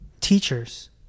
teachers